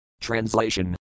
Translation